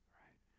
right